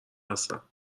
هستم